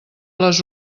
les